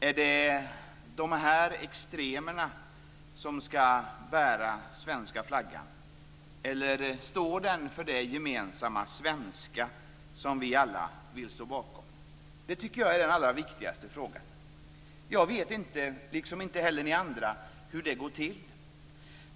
Är det extremerna som skall bära svenska flaggan, eller står den för det gemensamma svenska som vi alla vill stå bakom? Det tycker jag är den allra viktigast frågan. Jag vet inte, liksom inte heller ni andra, hur det går till.